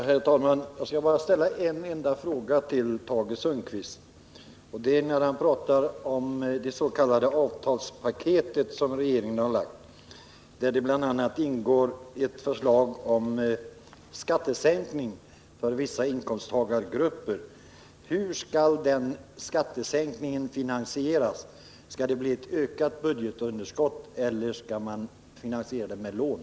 Herr talman! Jag skall bara ställa en enda fråga till Tage Sundkvist. Han talade om det s.k. avtalspaket som regeringen framlagt förslag om och där det bl.a. ingår förslag om skattesänkning för vissa inkomsttagargrupper. Hur skall den skattesänkningen finansieras — skall det bli ett ökat budgetunderskott eller skall man finansiera den med lån?